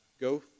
Go